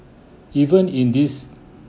even in this